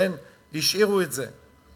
השאירו את זה.